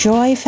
Joy